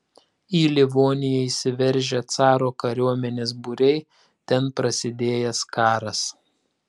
į livoniją įsiveržę caro kariuomenės būriai ten prasidėjęs karas